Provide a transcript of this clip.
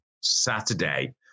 Saturday